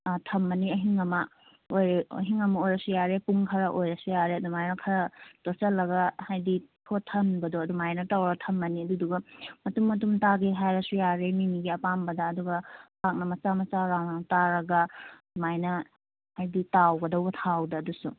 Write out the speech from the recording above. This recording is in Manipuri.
ꯊꯝꯃꯅꯤ ꯑꯍꯤꯡ ꯑꯃ ꯑꯍꯤꯡ ꯑꯃ ꯑꯣꯏꯔꯁꯨ ꯌꯥꯔꯦ ꯄꯨꯡ ꯈꯔ ꯑꯣꯏꯔꯁꯨ ꯌꯥꯔꯦ ꯑꯗꯨꯃꯥꯏꯅ ꯈꯔ ꯇꯣꯠꯁꯤꯜꯂꯒ ꯍꯥꯏꯗꯤ ꯐꯣꯠꯊꯍꯟꯕꯗꯣ ꯑꯗꯨꯃꯥꯏꯅ ꯇꯧꯔ ꯊꯝꯃꯅꯤ ꯑꯗꯨꯗꯨꯒ ꯃꯇꯨꯝ ꯃꯇꯨꯝ ꯇꯥꯒꯦ ꯍꯥꯏꯔꯁꯨ ꯌꯥꯔꯦ ꯃꯤꯃꯤꯒꯤ ꯑꯄꯥꯝꯕꯗ ꯑꯗꯨꯒ ꯄꯥꯛꯅ ꯃꯆꯥ ꯃꯆꯥ ꯔꯥꯎꯟ ꯔꯥꯎꯟ ꯇꯥꯔꯒ ꯁꯨꯃꯥꯏꯅ ꯍꯥꯏꯗꯤ ꯇꯥꯎꯒꯗꯧꯕ ꯊꯥꯎꯗ ꯑꯗꯨꯁꯨ